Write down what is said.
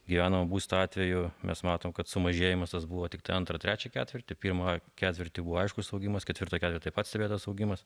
gyvenamo būsto atveju mes matom kad sumažėjimas tas buvo tiktai antrą trečią ketvirtį pirmą ketvirtį buvo aiškus augimas ketvirtą ketvirtį taip pat stebėtas augimas